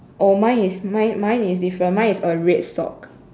oh mine is mine is different mine is a red sock